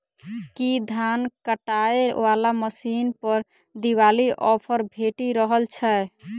की धान काटय वला मशीन पर दिवाली ऑफर भेटि रहल छै?